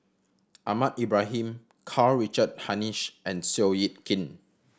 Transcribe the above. Ahmad Ibrahim Karl Richard Hanitsch and Seow Yit Kin